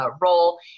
role